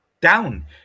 down